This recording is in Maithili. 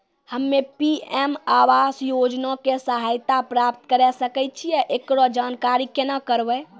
हम्मे पी.एम आवास योजना के सहायता प्राप्त करें सकय छियै, एकरो जानकारी केना करबै?